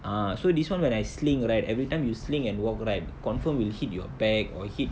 ah so this [one] when I sling right everytime you sling and walk right confirm will hit your bag or hit